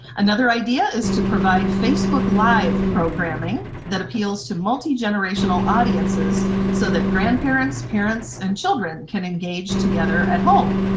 another idea is to provide facebook live programing that appeals to multigenerational audiences so that grandparents, parents, and children can engage together at home.